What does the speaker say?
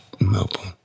Melbourne